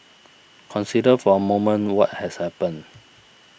consider for a moment what has happened